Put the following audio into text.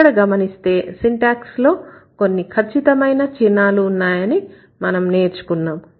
ఇక్కడ గమనిస్తే సింటాక్స్ లో కొన్ని ఖచ్చితమైన చిహ్నాలు ఉన్నాయని మనం నేర్చుకున్నాం